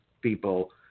people